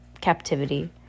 captivity